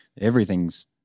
Everything's